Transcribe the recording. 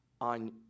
on